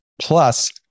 Plus